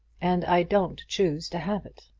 and i don't choose to have it.